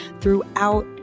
throughout